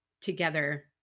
together